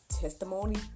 testimony